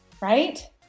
right